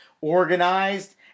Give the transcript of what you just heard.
organized